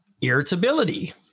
Irritability